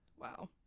Wow